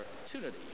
opportunity